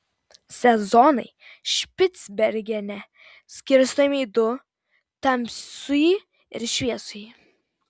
sezonai špicbergene skirstomi į du tamsųjį ir šviesųjį